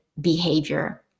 behavior